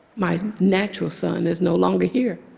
my natural son is no longer here.